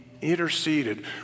interceded